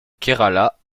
kerala